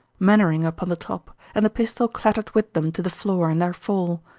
mainwaring upon the top, and the pistol clattered with them to the floor in their fall.